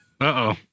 Uh-oh